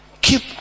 Keep